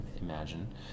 imagine